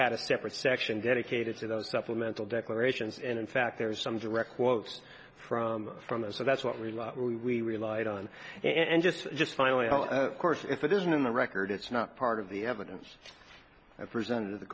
had a separate section dedicated to those supplemental declarations and in fact there was some direct quotes from from them so that's what we love we relied on and just just finally of course if it isn't in the record it's not part of the evidence i presented t